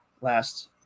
last